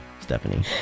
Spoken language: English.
Stephanie